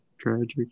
Tragic